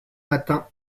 matin